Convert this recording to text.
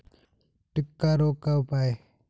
टिक्का रोग का उपाय?